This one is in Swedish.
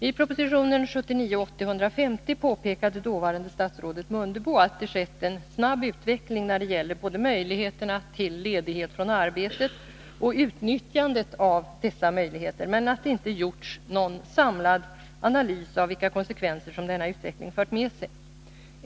I proposition 1979/80:150 påpekade dåvarande statsrådet Mundebo att det skett en snabb utveckling när det gäller både möjligheterna till ledighet från arbetet och utnyttjandet av dessa möjligheter, men att det inte gjorts någon samlad analys av vilka konsekvenser som denna utveckling fört med sig.